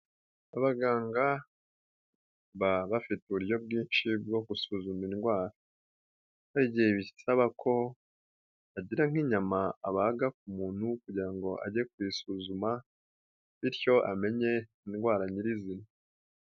abaganga baba bafite uburyo bwinshi bwo gusuzuma indwara, hari igihe bisaba ko agira nk'inyama abaga ku muntu kugira ngo ajye kuyisuzuma bityo amenye indwara nyiri'zina.